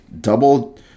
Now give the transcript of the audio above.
Double